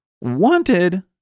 wanted